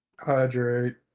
Hydrate